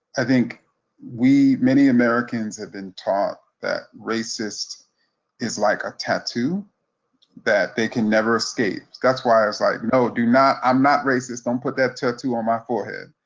i think we, many americans, have been taught that racist is like a tattoo that they can never escape. that's why i was like no, do not, i'm not racist, don't put that tattoo on my forehead.